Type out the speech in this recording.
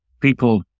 people